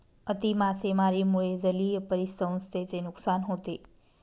अति मासेमारीमुळे जलीय परिसंस्थेचे नुकसान होते